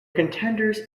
contenders